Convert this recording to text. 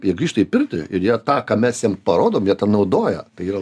jie grįžta į pirtį ir jie tą ką mes jiems parodom jie tą naudoja tai yra